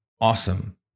awesome